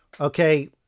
okay